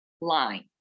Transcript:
line